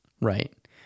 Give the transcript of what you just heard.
Right